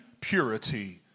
purity